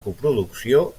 coproducció